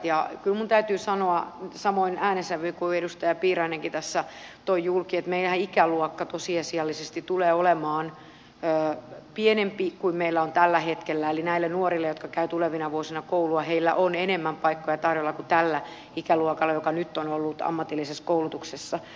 kyllä minun täytyy sanoa samaan äänensävyyn kuin edustaja piirainenkin tässä toi julki että meidän ikäluokkahan tosiasiallisesti tulee olemaan pienempi kuin meillä on tällä hetkellä eli näille nuorille jotka käyvät tulevina vuosina koulua on enemmän paikkoja tarjolla kuin tälle ikäluokalle joka nyt on ollut ammatillisessa koulutuksessa